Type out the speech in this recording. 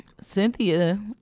cynthia